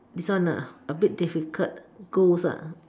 this one a bit difficult goals